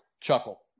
chuckle